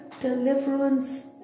deliverance